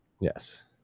Yes